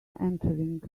entering